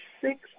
six